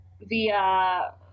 via